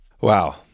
Wow